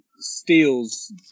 steals